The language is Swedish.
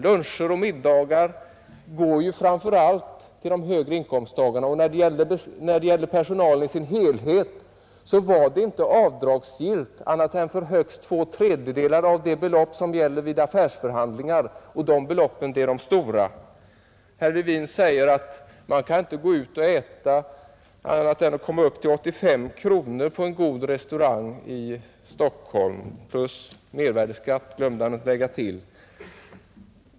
Luncher och middagar går ju framför allt till de högre inkomsttagarna. När det gällde personalen i dess helhet var kostnaderna inte avdragsgilla annat än till högst två tredjedelar av de belopp som gäller vid affärsförhandlingar — och de beloppen är de stora. Herr Levin säger att man inte kan gå ut och äta utan att det kostar 85 kronor på en god restaurang i Stockholm — plus mervärdeskatt, glömde han att lägga till.